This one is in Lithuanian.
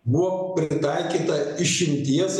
buvo pritaikyta išimties